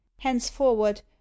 henceforward